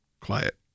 quiet